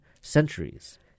centuries